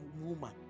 woman